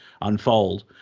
unfold